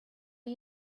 are